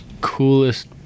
coolest